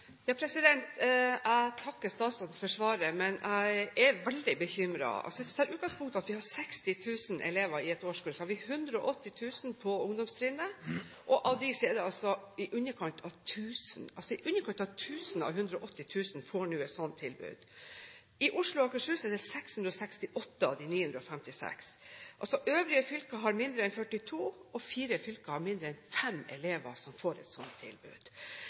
Jeg takker statsråden for svaret, men jeg er veldig bekymret. Hvis vi tar utgangspunkt i at vi har 60 000 elever i et årskull, har vi 180 000 på ungdomstrinnet, og av dem er det i underkant av 1 000 – altså i underkant av 1 000 av 180 000 – som nå får et sånt tilbud. I Oslo og Akershus er det 668 av 956. Øvrige fylker har mindre enn 42, og fire fylker har mindre enn fem elever som får et sånt tilbud.